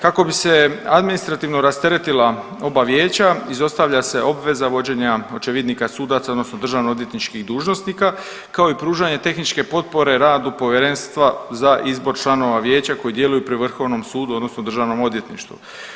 Kako bi se administrativno rasteretila oba vijeća izostavlja se obveza vođenja očevidnika sudaca odnosno državnoodvjetničkih dužnosnika kao i pružanje tehničke potpore radu povjerenstva za izbor članova vijeća koji djeluju pri Vrhovnom sudu odnosno Državnom odvjetništvu.